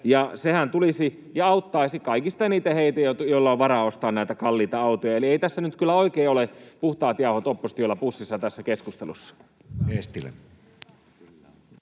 sehän tulisi ja auttaisi kaikista eniten heitä, joilla on varaa ostaa kalliita autoja. Eli ei nyt kyllä oikein ole puhtaat jauhot oppositiolla pussissa tässä keskustelussa.